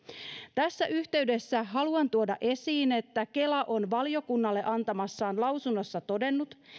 tässä yhteydessä haluan tuoda esiin että kela on valiokunnalle antamassaan lausunnossa todennut